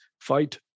fight